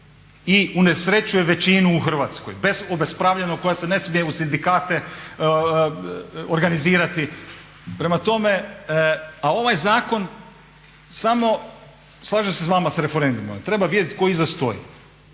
i unesrećuje većinu u Hrvatskoj bez obespravljenog koja se ne smije u sindikate organizirati. A ovaj zakon samo, slažem se s vama s referendumom, treba vidjet tko iza stoji,